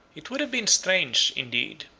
it would have been strange, indeed,